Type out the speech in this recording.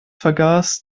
vergaß